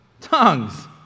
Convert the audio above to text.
Tongues